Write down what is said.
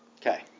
Okay